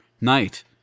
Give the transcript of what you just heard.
night